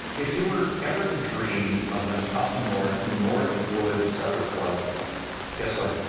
if you we're ever to dream of an up north, north woods supper club guess what?